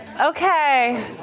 Okay